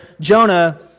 Jonah